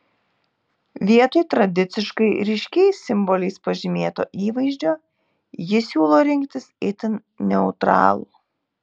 vietoj tradiciškai ryškiais simboliais pažymėto įvaizdžio ji siūlo rinktis itin neutralų